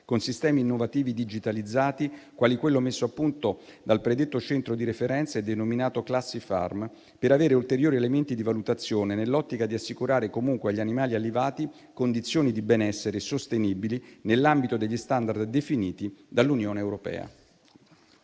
con sistemi innovativi digitalizzati quale quello messo a punto dal predetto centro di referenze, denominato *classyfarm*, per avere ulteriori elementi di valutazione nell'ottica di assicurare comunque agli animali allevati condizioni di benessere sostenibili nell'ambito degli *standard* definiti dall'Unione europea.